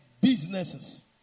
businesses